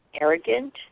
arrogant